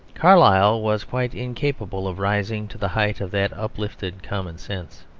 carlyle was quite incapable of rising to the height of that uplifted common-sense.